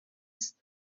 است